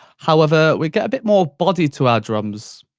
however, we get a bit more body to our drums.